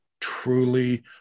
truly